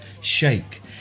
shake